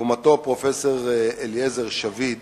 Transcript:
לעומתו, פרופסור אליעזר שביד